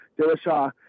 Dillashaw